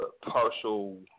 partial